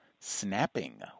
snapping